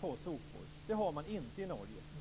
på sopor.